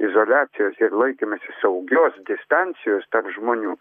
izoliacijos ir laikymasis saugios distancijos tarp žmonių